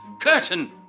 Curtain